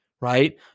right